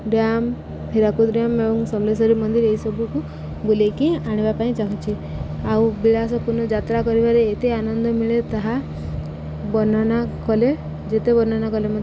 dam Hirakud dam ଏବଂ ସମଲେଶ୍ୱରୀ ମନ୍ଦିର ଏଇସବୁକୁ ବୁଲେଇକି ଆଣିବା ପାଇଁ ଚାହୁଁଛିି ଆଉ ବିଳାସପୂର୍ଣ୍ଣ ଯାତ୍ରା କରିବାରେ ଏତେ ଆନନ୍ଦ ମିଳେ ତାହା ବର୍ଣ୍ଣନା କଲେ ଯେତେ ବର୍ଣ୍ଣନା କଲେ